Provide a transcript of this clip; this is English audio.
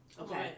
Okay